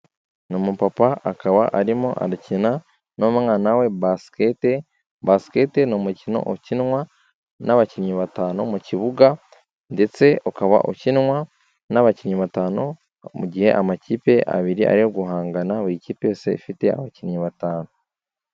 Ni umupapa akaba arimo arakina n'umwana we Basket, Basket ni umukino ukinwa n'abakinnyi batanu mu kibuga ndetse ukaba ukinwa n'abakinnyi batanu, mu gihe amakipe abiri ari ayo guhangana buri kipe yose iba ifite abakinnyi batanu.